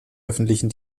öffentlichen